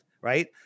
right